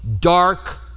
dark